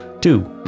two